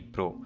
Pro